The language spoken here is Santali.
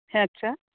ᱦᱮᱸ ᱟᱪᱪᱷᱟ